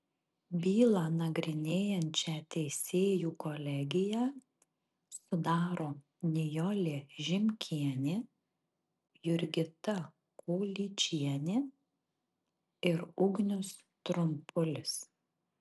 bylą nagrinėjančią teisėjų kolegiją sudaro nijolė žimkienė jurgita kolyčienė ir ugnius trumpulis